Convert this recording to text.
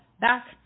back